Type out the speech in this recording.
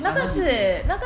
it's under D_B_S